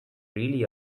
really